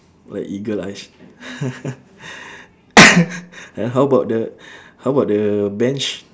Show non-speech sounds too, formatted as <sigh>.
my eagle eyes <laughs> <coughs> and how about the how about the bench